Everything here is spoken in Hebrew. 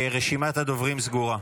רשימת הדוברים סגורה.